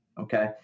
okay